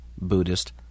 Buddhist